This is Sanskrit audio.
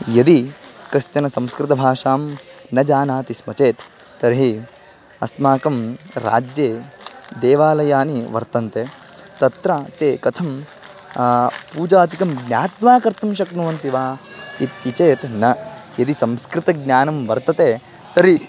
यदि कश्चन संस्कृतभाषां न जानाति स्म चेत् तर्हि अस्माकं राज्ये देवालयानि वर्तन्ते तत्र ते कथं पूजादिकं ज्ञात्वा कर्तुं शक्नुवन्ति वा इति चेत् न यदि संस्कृतज्ञानं वर्तते तर्हि